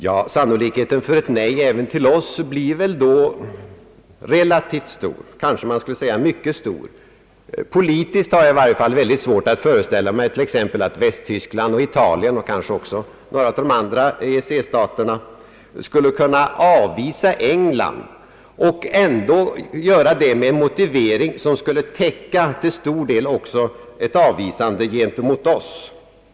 Ja, sannolikheten för ett nej även till oss blir väl då relativt stor; kanske man skulle säga mycket stor. Politiskt har jag i varje fall ytterst svårt att föreställa mig att t.ex. Västtyskland, Italien och kanske även några av de andra EEC-staterna skulle kunna avvisa Englands ansökan annat än med en motivering, som till stor del skulle täcka ett avvisande också gentemot oss.